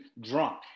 drunk